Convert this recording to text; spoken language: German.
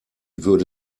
würde